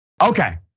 Okay